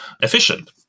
efficient